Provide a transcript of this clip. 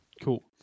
Cool